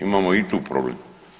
Imamo i tu problem.